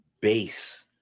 base